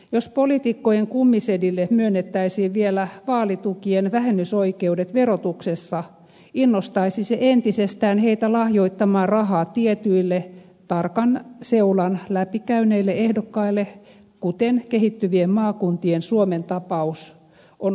jos poliitikkojen kummisedille myönnettäisiin vielä vaalitukien vähennysoikeudet verotuksessa innostaisi se entisestään heitä lahjoittamaan rahaa tietyille tarkan seulan läpikäyneille ehdokkaille kuten kehittyvien maakuntien suomen tapaus on osoittanut